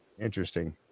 Interesting